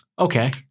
Okay